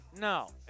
No